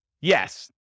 Yes